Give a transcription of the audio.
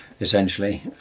Essentially